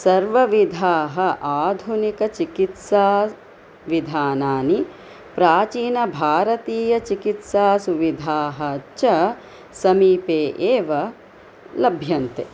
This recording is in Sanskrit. सर्वविधाः आधुनिकचिकित्साविधानानि प्राचीनभारतीयचिकित्सासुविधाः च समीपे एव लभ्यन्ते